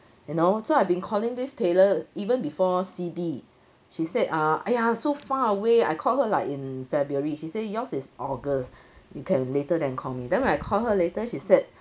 you know so I've been calling this tailor even before C_B she said ah !aiya! so far away I called her like in february she say yours is august you can later then call me then when I call her later she said